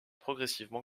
progressivement